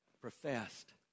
professed